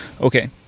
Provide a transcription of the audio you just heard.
Okay